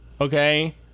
okay